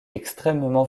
extrêmement